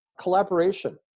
Collaboration